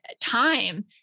time